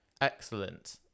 Excellent